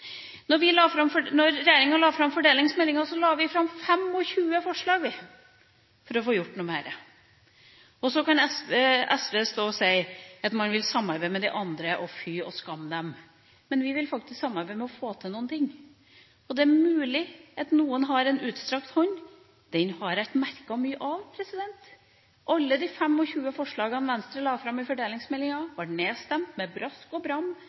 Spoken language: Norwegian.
regjeringa la fram fordelingsmeldinga, la vi fram 25 forslag for å få gjort noe med dette. Og så kan SV stå og si at man vil samarbeide med de andre, og fy og skam dere, men vi vil faktisk samarbeide om å få til noen ting. Det er mulig at noen har en utstrakt hånd. Den har jeg ikke merket mye til. Alle de 25 forslagene Venstre la fram i forbindelse med fordelingsmeldinga, ble nedstemt med brask og bram,